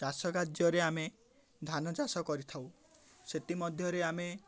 ଚାଷ କାର୍ଯ୍ୟରେ ଆମେ ଧାନ ଚାଷ କରିଥାଉ ସେଥିମଧ୍ୟରେ ଆମେ